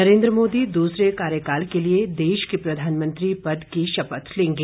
नरेन्द्र मोदी दूसरे कार्यकाल के लिए देश के प्रधानमंत्री पद की शपथ लेंगे